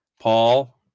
Paul